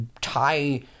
tie